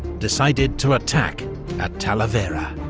decided to attack at talavera.